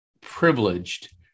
privileged